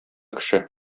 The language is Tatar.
кеше